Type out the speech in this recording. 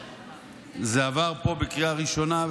וזה עבר פה בקריאה ראשונה,